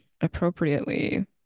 appropriately